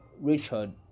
Richard